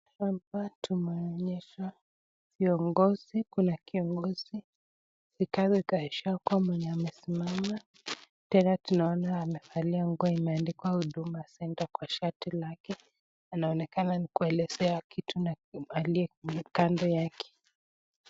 Hapa tunaonyeshwa viongozi, kuna kiongozi Rigathi Gachagua mwenye amesimama, tena tunaona amevalia nguo yenye imeandikwa huduma centre kwa shati lake anaonekana ni kuelezea kitu na aliyekando yake.